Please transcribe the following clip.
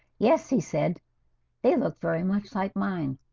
yes, he said they look very much like mine.